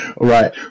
Right